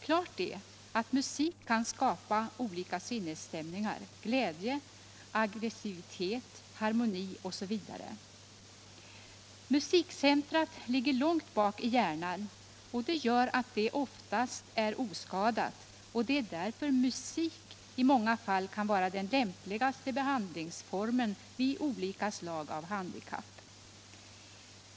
Klart är att musik kan skapa olika sinnesstämningar, glädje, aggressivitet, harmoni osv. Musikcentrat ligger långt bak i hjärnan, vilket gör att det oftast är oskadat, och det är därför musik i många fall kan vara den lämpligaste behandlingsformen vid olika slag av handikapp.